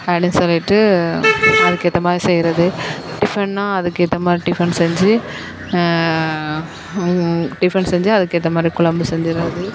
அப்படின்னு சொல்லிட்டு அதுக்கேற்றி மாதிரி செய்கிறது டிஃபன்னால் அதுக்கேற்ற மாதிரி டிஃபன் செஞ்சு டிஃபன் செஞ்சு அதுக்கேற்ற மாதிரி குழம்பு செஞ்சிடுறது